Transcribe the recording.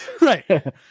right